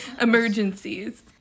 Emergencies